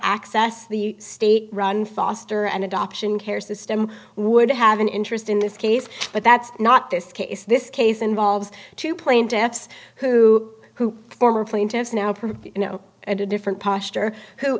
access the state run foster and adoption care system would have an interest in this case but that's not this case this case involves two plaintiffs who former plaintiffs now perhaps you know at a different posture who